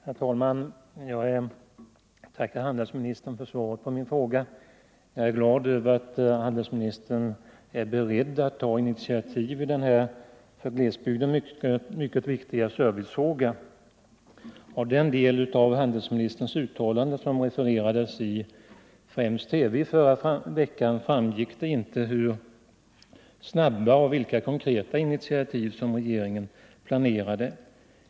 Herr talman! Jag tackar handelsministern för svaret på min fråga. Jag är glad över att handelsministern är beredd att ta initiativ i denna för glesbygder mycket viktiga servicefråga. Av den del av handelsministern uttalande som refererades i främst TV i förra veckan framgick det inte vilka snabba och konkreta initiativ som regeringen planerade.